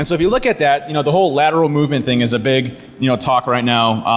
and so if you look at that, you know the whole lateral movement thing is a big you know talk right now.